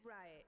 Right